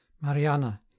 mariana